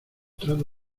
trata